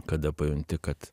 kada pajunti kad